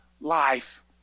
life